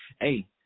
Hey